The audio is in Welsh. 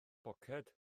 poced